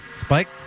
Spike